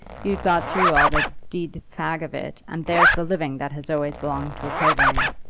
you'd got through all the d d fag of it, and there's the living that has always belonged to a clavering.